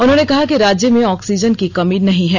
उन्होंने कहा कि राज्य में ऑक्सीजन की कमी नहीं है